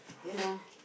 yeah